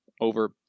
Over